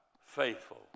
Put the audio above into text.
faithful